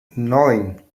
neun